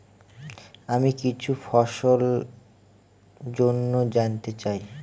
আমি কিছু ফসল জন্য জানতে চাই